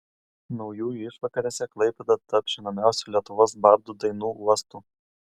naujųjų išvakarėse klaipėda taps žinomiausių lietuvos bardų dainų uostu